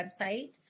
website